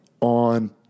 on